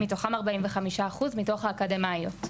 מתוכן 45 אחוז, מתוך האקדמאיות.